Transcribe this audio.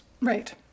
Right